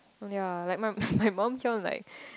oh ya like my my mum keep on like